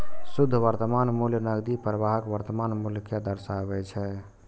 शुद्ध वर्तमान मूल्य नकदी प्रवाहक वर्तमान मूल्य कें दर्शाबै छै